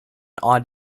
odd